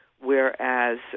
Whereas